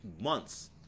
months